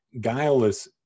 guileless